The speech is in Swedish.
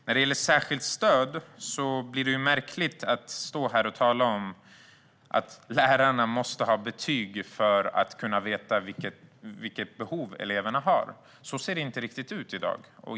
När det gäller särskilt stöd blir det märkligt att stå här och tala om att lärarna måste ha betyg för att veta vilka behov eleverna har. Så ser det inte riktigt ut i dag.